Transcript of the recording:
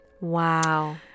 Wow